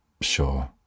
sure